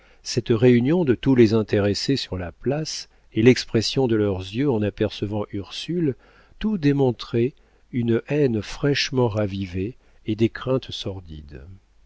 cette réunion de tous les intéressés sur la place et l'expression de leurs yeux en apercevant ursule tout démontrait une haine fraîchement ravivée et des craintes sordides